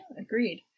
agreed